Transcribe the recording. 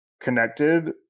connected